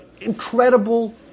incredible